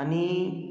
आणि